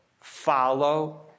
follow